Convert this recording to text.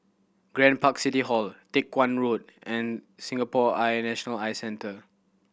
Grand Park City Hall Teck Guan Road and Singapore Eye National Eye Centre